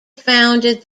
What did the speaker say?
founded